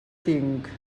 tinc